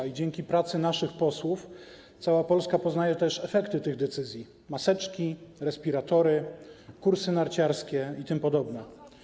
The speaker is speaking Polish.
I dzięki pracy naszych posłów cała Polska poznaje też efekty tych decyzji: maseczki, respiratory, kursy narciarskie itp.